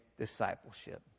discipleship